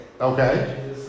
Okay